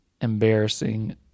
embarrassing